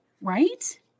right